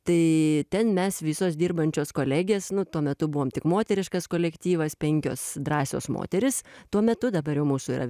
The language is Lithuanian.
tai ten mes visos dirbančios kolegės nu tuo metu buvom tik moteriškas kolektyvas penkios drąsios moterys tuo metu dabar jau mūsų yra